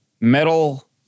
metal